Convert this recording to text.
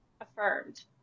affirmed